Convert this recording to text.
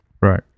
right